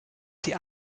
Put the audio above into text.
sie